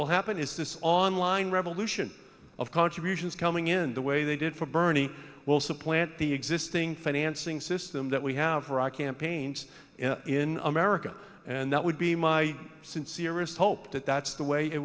will happen is this online revolution of contributions coming in the way they did for bernie will supplant the existing financing system that we have for our campaigns in america and that would be my sincere a hope that that's the way it